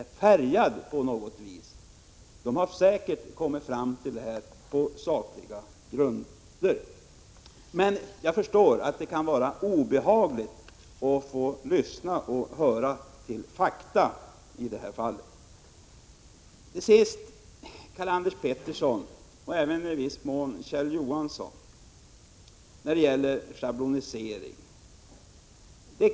Motorbranschens riksorganisation har säkert kommit fram till detta resultat efter en saklig bedömning. Jag förstår att det kan vara obehagligt att få höra fakta. Till sist vill jag säga några ord till Karl-Anders Petersson och i viss mån även till Kjell Johansson om schabloniseringen.